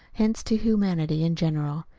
hence to humanity in general.